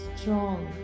strong